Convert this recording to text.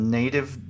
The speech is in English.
native